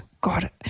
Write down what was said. God